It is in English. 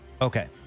Okay